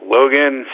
Logan